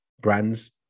brands